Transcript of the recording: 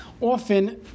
often